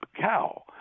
cow